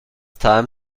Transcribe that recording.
time